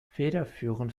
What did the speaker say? federführend